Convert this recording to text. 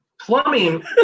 plumbing